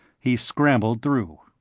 he scrambled through.